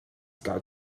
got